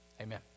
Amen